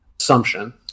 assumption